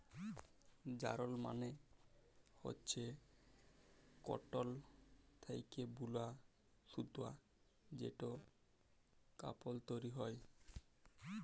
যারল মালে হচ্যে কটল থ্যাকে বুলা সুতা যেটতে কাপল তৈরি হ্যয়